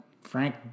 Frank